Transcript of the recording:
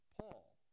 Paul